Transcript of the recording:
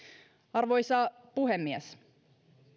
arvoisa puhemies